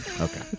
Okay